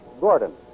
Gordon